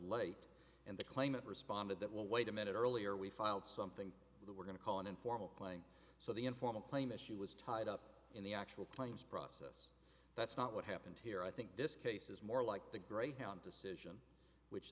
late and the claimant responded that well wait a minute earlier we filed something that we're going to call an informal claim so the informal claim issue was tied up in the actual claims process that's not what happened here i think this case is more like the greyhound decision which